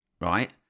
right